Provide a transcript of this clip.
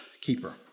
keeper